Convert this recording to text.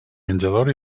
menjador